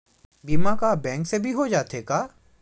बीमा का बैंक से भी हो जाथे का?